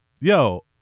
yo